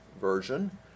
version